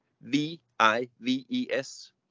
V-I-V-E-S